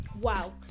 Wow